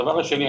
דבר שני,